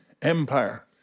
Empire